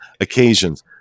occasions